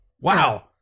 Wow